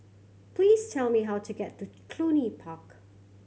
please tell me how to get to Cluny Park